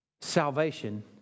Salvation